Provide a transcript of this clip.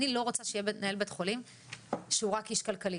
אני לא רוצה שיהיה מנהל בית חולים שהוא רק איש כלכלי,